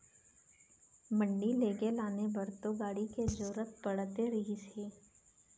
मंडी लेगे लाने बर तो गाड़ी के जरुरत पड़ते रहिस हे